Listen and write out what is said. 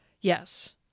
Yes